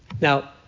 Now